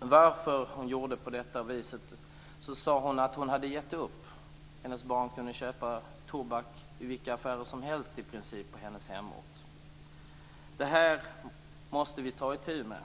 varför hon gjorde på detta vis sade hon att hon hade givit upp. Hennes barn kunde köpa tobak i vilka affärer som helst i princip på hennes hemort. Detta måste vi ta itu med.